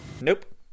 Nope